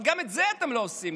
אבל גם את זה אתם לא עושים,